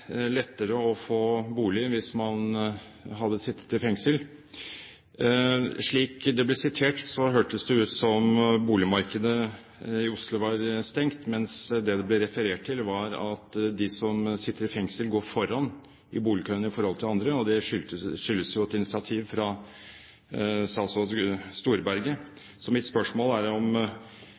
lettere å få bolig hvis man hadde sittet i fengsel. Slik det ble sitert, hørtes det ut som om boligmarkedet i Oslo er stengt, mens det det ble referert til, var at de som sitter i fengsel, går foran andre i boligkøen, og det skyldes jo et initiativ fra statsråd Storberget. Så mitt spørsmål er om